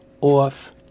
off